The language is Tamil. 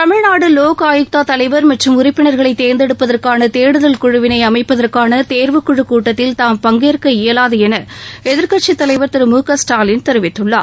தமிழ்நாடு லோக் ஆயுக்தா தலைவா் மற்றும் உறுப்பினா்களை தோ்ந்தெடுப்பதற்கான தேடுதல் குழுவினை அமைப்பதற்கான தேர்வுக்குழ கூட்டத்தில் தாம் பங்கேற்க இயலாது என எதிர்கட்சி தலைவர் திரு மு க ஸ்டாலின் தெரிவித்துள்ளார்